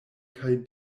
kaj